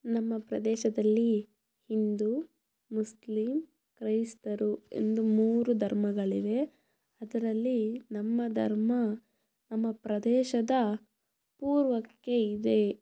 ನಮ್ಮ ಪ್ರದೇಶದಲ್ಲಿ ಹಿಂದೂ ಮುಸ್ಲಿಂ ಕ್ರೈಸ್ತರು ಎಂದು ಮೂರು ಧರ್ಮಗಳಿವೆ ಅದರಲ್ಲಿ ನಮ್ಮ ಧರ್ಮ ನಮ್ಮ ಪ್ರದೇಶದ ಪೂರ್ವಕ್ಕೆ ಇದೆ